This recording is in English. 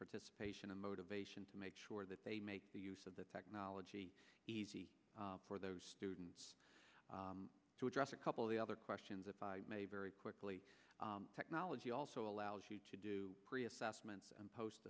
participation and motivation to make sure that they make use of the technology easy for those students to address a couple of the other questions if i may very quickly technology also allows you to do pre assessments and post